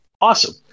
Awesome